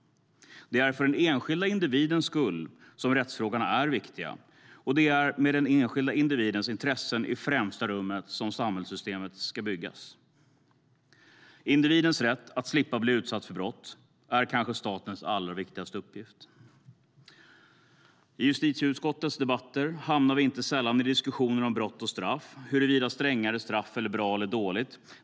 Det är för den enskilda individens skull som rättsfrågorna är viktiga, och det är med den enskilda individens intressen i främsta rummet som samhällssystemet ska byggas. Individens rätt att slippa bli utsatt för brott är kanske statens allra viktigaste uppgift. I justitieutskottets debatter hamnar vi inte sällan i diskussioner om brott och straff, huruvida strängare straff är bra eller dåligt.